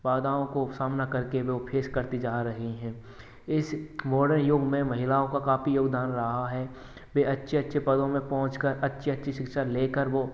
बाधाओं को समाना करके वह फेस करती जा रही है इस मोर्डन युग में महिलाओं का काफ़ी योगदान रहा है वह अच्छे अच्छे पदों में पहुँचकर अच्छी अच्छी शिक्षा लेकर वह